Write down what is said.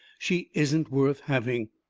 she isn't worth having.